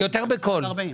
יותר בקול.